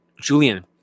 Julian